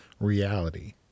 reality